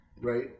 right